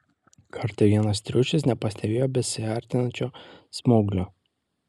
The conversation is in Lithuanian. kartą vienas triušis nepastebėjo besiartinančio smauglio